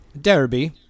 Derby